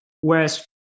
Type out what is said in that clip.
Whereas